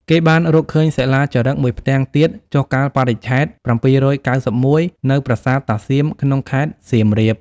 គេបានរកឃើញសិលាចារឹកមួយផ្ទាំងទៀត ចុះកាលបរិច្ឆេទ ៧៩១ នៅប្រាសាទតាសៀមក្នុងខេត្តសៀមរាប។